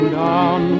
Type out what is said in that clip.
down